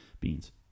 beans